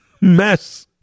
mess